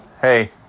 hey